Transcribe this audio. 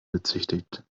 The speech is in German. bezichtigt